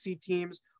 teams